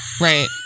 right